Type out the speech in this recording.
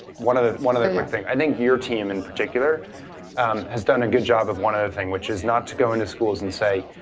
one other one other quick thing i think your team in particular has done a good job of one other thing, which is not to go into schools and say,